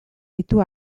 ditu